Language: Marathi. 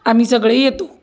आम्ही सगळे येतो